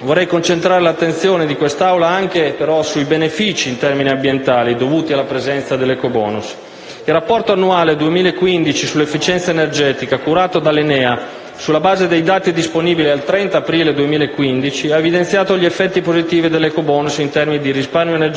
Vorrei concentrare l'attenzione di quest'Aula anche sui benefici in termini ambientali dovuti alla presenza dell'ecobonus. Il rapporto annuale 2015 sull'efficienza energetica, curato dell'ENEA sulla base dei dati disponibili al 30 aprile 2015, ha evidenziato gli effetti positivi dell'ecobonus in termini di risparmio energetico